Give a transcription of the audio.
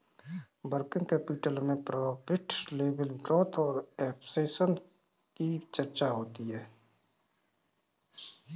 working capital में profit level growth और expansion की चर्चा होती है